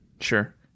Sure